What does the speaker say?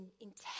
intense